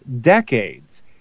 decades